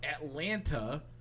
Atlanta